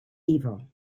evil